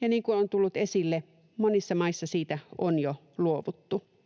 ja niin kuin on tullut esille, monissa maissa siitä on jo luovuttu.